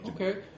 Okay